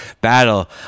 battle